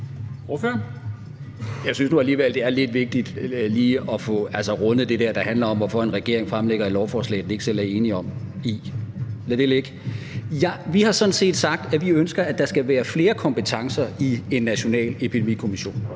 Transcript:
Jeg synes nu alligevel, det er lidt vigtigt lige at få rundet det der, der handler om, hvorfor en regering fremsætter et lovforslag, den ikke selv er enig i. Lad det ligge. Vi har sådan set sagt, at vi ønsker, at der skal være flere kompetencer i en national epidemikommission.